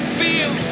feel